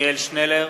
עתניאל שנלר,